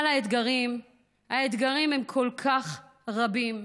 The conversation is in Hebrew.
אבל האתגרים, האתגרים הם כל כך רבים,